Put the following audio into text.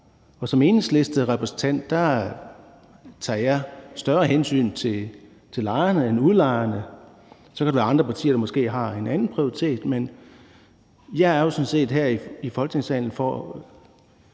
Og som enhedslisterepræsentant tager jeg større hensyn til lejerne end til udlejerne. Så er der andre partier, der måske har en anden prioritet. Men jeg er jo sådan set her i Folketingssalen for